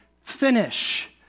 finish